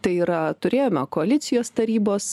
tai yra turėjome koalicijos tarybos